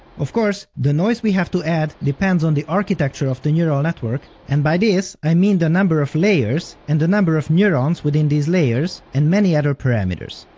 of course, the noise we have to add depends on the architecture of the neural network, and by this i mean the number of layers and the number of neurons within these layers, and many other parameters.